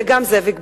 וגם זאביק בילסקי.